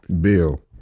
Bill